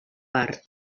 part